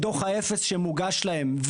בדו"ח האפס שמוגש להם,